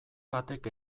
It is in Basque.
batek